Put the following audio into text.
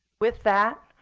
with that,